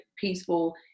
peaceful